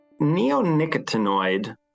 Neonicotinoid